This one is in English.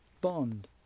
Bond